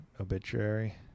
obituary